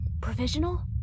provisional